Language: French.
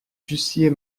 fussiez